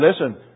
Listen